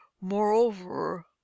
moreover